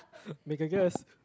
make a guess